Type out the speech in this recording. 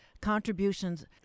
contributions